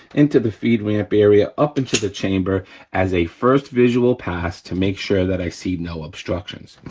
into the feed ramp area, up into the chamber as a first visual pass to make sure that i see no obstructions.